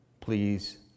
Please